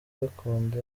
gakondo